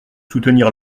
soutenir